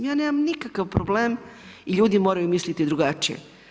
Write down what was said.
Ja nemam nikakav problem i ljudi moraju misliti drugačije.